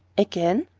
again?